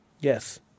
Yes